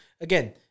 again